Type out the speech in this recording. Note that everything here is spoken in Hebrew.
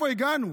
לאיפה הגענו?